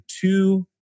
two